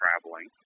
traveling